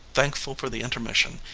thankful for the intermission,